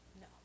No